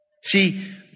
See